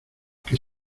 que